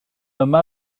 yma